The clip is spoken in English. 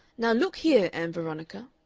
now look here, ann veronica,